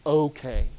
okay